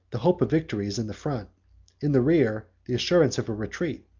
the hope of victory is in the front in the rear, the assurance of a retreat.